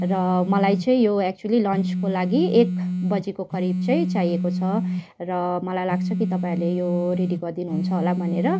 र मलाई चाहिँ यो एक्चुली लन्चको लागि एक बजीको करीब चाहिँ चाहिएको छ र मलाई लाग्छ कि तपाईँहरूले यो रेडी गरिदिनु हुन्छ होला भनेर